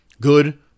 Good